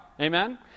Amen